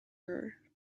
her